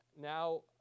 Now